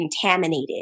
contaminated